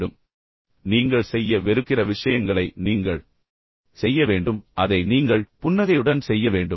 இப்போது இந்த விஷயத்தின் மிகவும் வேடிக்கையான பகுதி என்னவென்றால் நீங்கள் செய்ய வெறுக்கிற விஷயங்களை நீங்கள் செய்ய வேண்டும் அதை நீங்கள் புன்னகையுடன் செய்ய வேண்டும்